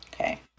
okay